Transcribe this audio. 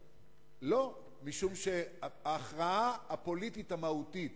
משום שההכרעה הפוליטית המהותית